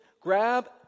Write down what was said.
grab